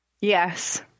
Yes